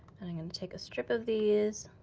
and i'm gonna take a strip of these.